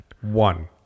One